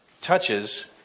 touches